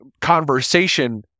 conversation